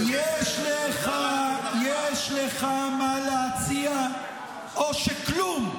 הרסתם --- יש לך מה להציע או שכלום,